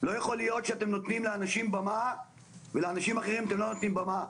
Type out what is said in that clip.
לא יכול להיות שאתם נותנים לאנשים במה ולאנשים אחרים אתם לא נותנים במה.